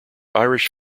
irish